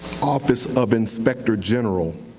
office of inspector general.